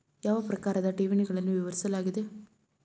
ಯಾವ ಪ್ರಕಾರದ ಠೇವಣಿಗಳನ್ನು ವಿವರಿಸಲಾಗಿದೆ?